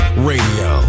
Radio